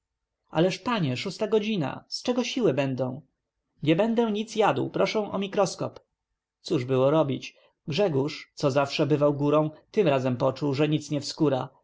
ależ panie szósta godzina z czego siły będą nie będę nic jadł proszę o mikroskop cóż było robić grzegórz co zawsze bywał górą tym razem poczuł że nic nie wskóra